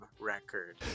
record